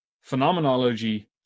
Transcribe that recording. phenomenology